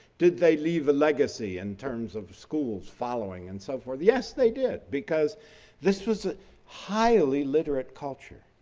did they leave a legacy in terms of schools following and so forth? yes, they did, because this was a highly literate culture.